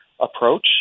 approach